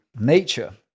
nature